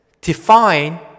define